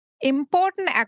Important